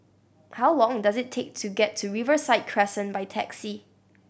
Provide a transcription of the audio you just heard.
how long does it take to get to Riverside Crescent by taxi